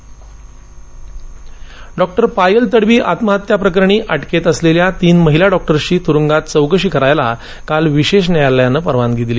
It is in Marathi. डॉक्टर आत्महत्या खटला डॉक्टर पायल तडवी आत्महत्या प्रकरणी अटकेत असलेल्या तीन महिला डॉक्टर्सची तुरुंगात चौकशी करायला काल विशेष न्यायालयानं परवानगी दिली